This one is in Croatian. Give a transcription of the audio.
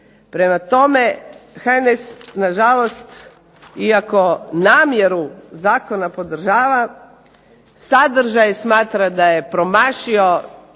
Prema tome, HNS na žalost iako namjeru zakona podržava sadržaj smatra da je promašio